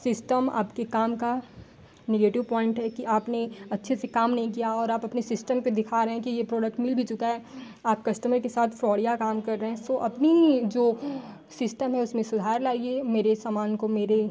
system आपके काम का निगेटिव पॉइंट है कि आपने अच्छे से काम नहीं किया और आप अपने सिस्टम पर दिखा रहे हैं कि यह प्रोडक्ट मिल भी चुका है आप कस्टमर के साथ फ़्राडिया काम कर रहे हैं सो अपना जो सिस्टम है उसमें सुधार लाइए मेरे समान को मेरे